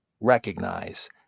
recognize